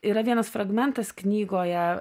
yra vienas fragmentas knygoje